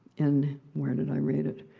and where did i read it?